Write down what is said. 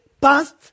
past